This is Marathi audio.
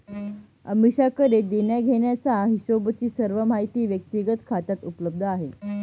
अमीषाकडे देण्याघेण्याचा हिशोबची सर्व माहिती व्यक्तिगत खात्यात उपलब्ध आहे